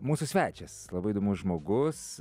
mūsų svečias labai įdomus žmogus